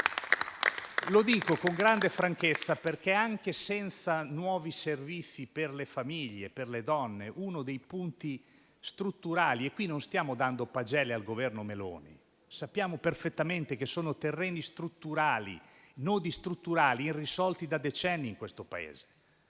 Lo dico con grande franchezza, perché qui notiamo anche l'assenza di nuovi servizi per le famiglie e per le donne, che è uno dei punti strutturali. Qui non stiamo dando pagelle al Governo Meloni. Sappiamo perfettamente che sono terreni e nodi strutturali irrisolti da decenni in questo Paese.